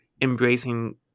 embracing